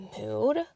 mood